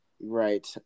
Right